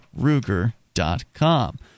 Ruger.com